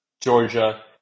Georgia